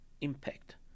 impact